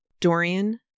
Dorian